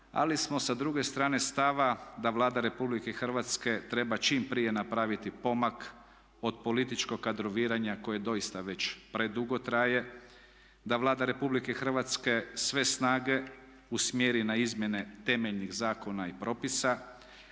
Ali smo sa druge strane stava da Vlada Republike Hrvatske treba čim prije napraviti pomak od političkog kadroviranja koje doista već predugo traje, da Vlada Republike Hrvatske sve snage usmjeri na izmjene temeljnih zakona i propisa.